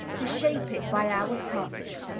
to shape it by our touch!